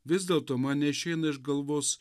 vis dėlto man neišeina iš galvos